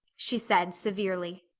she said severely.